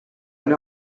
elle